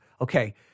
Okay